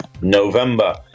November